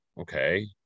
okay